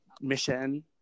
mission